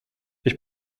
ich